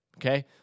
Okay